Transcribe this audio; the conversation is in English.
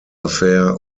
affair